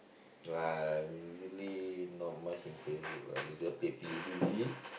I usually not much in Facebook ah usually play P_U_B_G